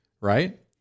right